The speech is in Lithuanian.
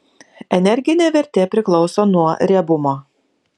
energinė vertė priklauso nuo riebumo